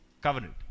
covenant